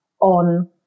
on